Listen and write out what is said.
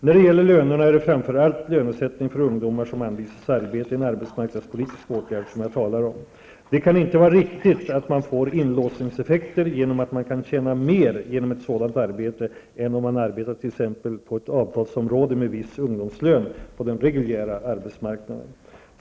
När det gäller lönerna är det framför allt lönesättningen för ungdomar som anvisats arbete i en arbetsmarknadspolitisk åtgärd jag talar om. Det kan inte vara riktigt att man får inlåsningseffekter genom att man kan tjäna mer genom ett sådant arbete än om man arbetar t.ex. på ett avtalsområde med viss ungdomslön på den reguljära arbetsmarknaden.